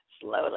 slowly